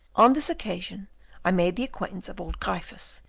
on this occasion i made the acquaintance of old gryphus,